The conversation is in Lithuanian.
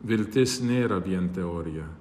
viltis nėra vien teorija